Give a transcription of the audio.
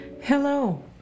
Hello